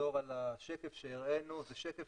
לחזור על השקף שהראינו, זה שקף